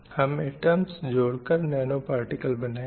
हम atoms जोड़ कर नैनो पार्टिकल बनाएँगे